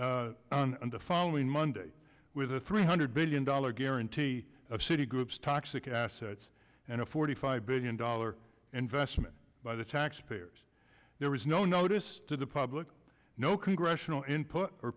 statement on the following monday with a three hundred billion dollars guarantee of citi group's toxic assets and a forty five billion dollar investment by the taxpayers there was no notice to the public no congressional input or